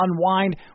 unwind